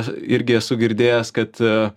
irgi esu girdėjęs kad